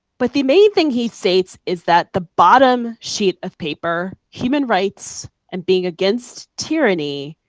but the main thing he states is that the bottom sheet of paper, human rights and being against tyranny,